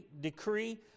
decree